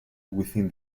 within